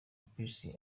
peace